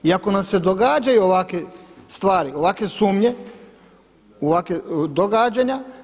I ako nam se događaju ovakve stvari, ovakve sumnje, ovakva događanja.